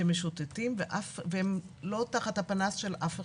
שמשוטטים והם לא תחת הפנס של אף אחד.